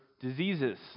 diseases